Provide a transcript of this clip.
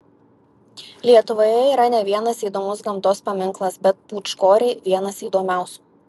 lietuvoje yra ne vienas įdomus gamtos paminklas bet pūčkoriai vienas įdomiausių